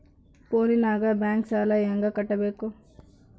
ಫೋನಿನಾಗ ಬ್ಯಾಂಕ್ ಸಾಲ ಹೆಂಗ ಕಟ್ಟಬೇಕು?